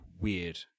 weird